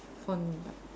phone